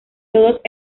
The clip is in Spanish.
todos